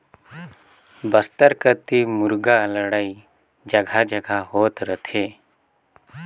बस्तर कति मुरगा लड़ई जघा जघा होत रथे